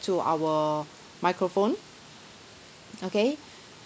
to our microphone okay